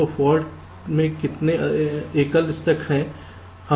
तो फाल्ट में कितने एकल स्टक हैं